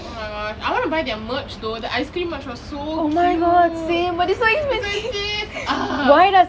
oh my gosh I want to buy their merchandise though the ice cream merchandise was so cute it's so expensive